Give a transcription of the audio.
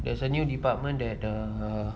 there's a new department that err